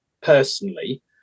personally